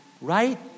Right